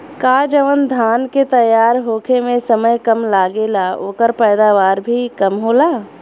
का जवन धान के तैयार होखे में समय कम लागेला ओकर पैदवार भी कम होला?